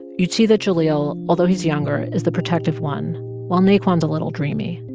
you'd see that jahlil, although he's younger, is the protective one while naquan's a little dreamy.